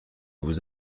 vous